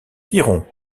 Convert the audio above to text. piron